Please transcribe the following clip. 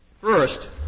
First